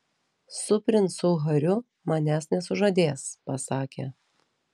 su princu hariu manęs nesužadės pasakė